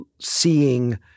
seeing